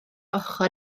ochr